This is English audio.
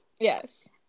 Yes